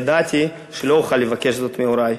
ידעתי שלא אוכל לבקש זאת מהורי,